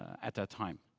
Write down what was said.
at that time.